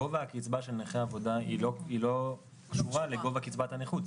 גובה הקצבה של נכה עבודה לא קשור לגובה קצבת הנכות,